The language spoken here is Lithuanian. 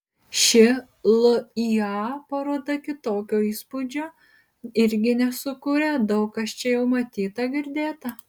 ši lya paroda kitokio įspūdžio irgi nesukuria daug kas čia jau matyta girdėta